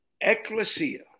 ecclesia